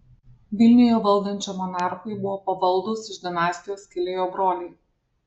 vilniuje valdančiam monarchui buvo pavaldūs iš dinastijos kilę jo broliai